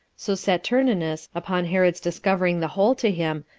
so saturninus, upon herod's discovering the whole to him,